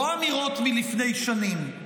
לא אמירות מלפני שנים,